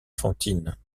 fantine